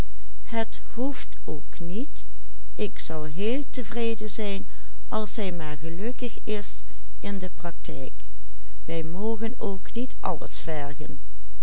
gelukkig is in de praktijk wij mogen ook niet alles vergen